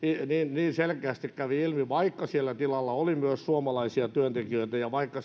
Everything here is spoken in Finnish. niin selkeästi ilmi vaikka sillä tilalla oli myös suomalaisia työntekijöitä ja vaikka